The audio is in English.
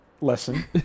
Lesson